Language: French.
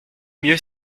mieux